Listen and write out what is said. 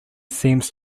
seems